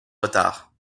retard